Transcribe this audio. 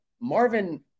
Marvin